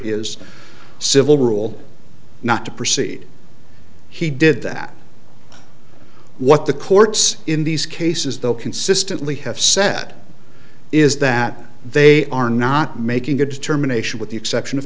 is civil rule not to proceed he did that what the courts in these cases though consistently have said is that they are not making a determination with the exception of